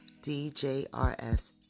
djrs